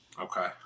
Okay